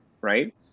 right